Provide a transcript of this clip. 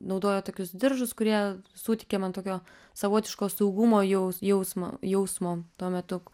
naudojo tokius diržus kurie suteikė man tokio savotiško saugumo jaus jausmo jausmo tuo metu